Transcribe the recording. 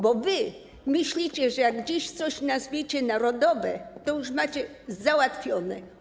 Bo wy myślicie, że jak coś nazwiecie „narodowe”, to już macie załatwione.